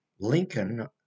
Lincoln